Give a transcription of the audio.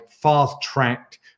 fast-tracked